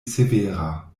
severa